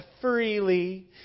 freely